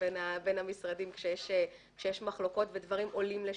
בין המשרדים כשיש מחלוקות ודברים עולים לשם.